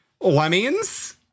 Lemmings